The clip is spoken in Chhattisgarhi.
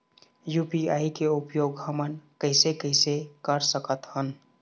यू.पी.आई के उपयोग हमन कैसे कैसे कर सकत हन?